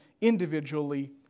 individually